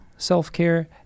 self-care